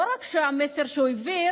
לא רק המסר שהוא העביר,